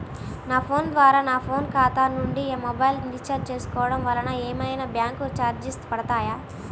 నా ఫోన్ ద్వారా నా ఖాతా నుండి మొబైల్ రీఛార్జ్ చేసుకోవటం వలన ఏమైనా బ్యాంకు చార్జెస్ పడతాయా?